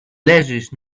leżysz